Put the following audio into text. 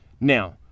now